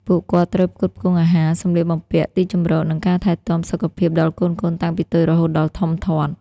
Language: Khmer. ពួកគាត់ត្រូវផ្គត់ផ្គង់អាហារ សំលៀកបំពាក់ ទីជម្រកនិងការថែទាំសុខភាពដល់កូនៗតាំងពីតូចរហូតដល់ធំធាត់។